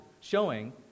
showing